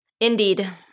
Indeed